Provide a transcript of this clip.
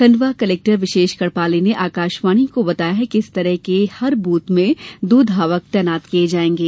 Khandwa collector Vishesh Garhpale ने आकाशवाणी को बताया कि इस तरह के हर बूथ में दो धावक तैनात किए जाएंगे